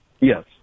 Yes